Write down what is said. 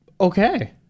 Okay